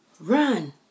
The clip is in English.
Run